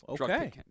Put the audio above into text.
okay